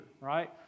right